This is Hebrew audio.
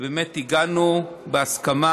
ובאמת הגענו בהסכמה,